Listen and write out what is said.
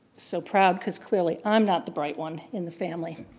so proud, because clearly i'm not the bright one in the family,